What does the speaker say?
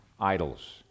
idols